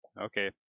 Okay